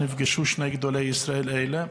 נפגשו שני גדולי ישראל אלה,